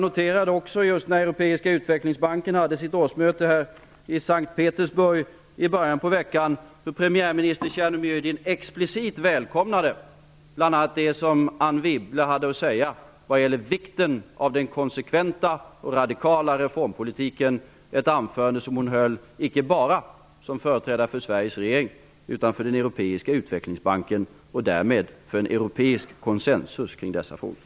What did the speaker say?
När den europeiska utvecklingsbanken hade sitt årsmöte i S:t Petersburg i början av veckan noterade jag att premiärminister Tjernomyrdin explicit välkomnade bl.a. det som Anne Wibble hade att säga om vikten av den konsekventa och radikala reformpolitiken. Det anförandet höll hon icke bara som företrädare för Sveriges regering utan också som företrädare för den europeiska utvecklingsbanken och därmed också för en europeisk konsensus kring dessa frågor.